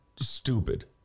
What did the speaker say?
Stupid